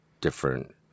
different